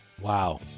Wow